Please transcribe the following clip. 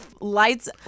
lights